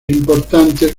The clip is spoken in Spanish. importantes